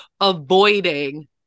avoiding